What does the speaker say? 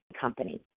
company